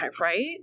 Right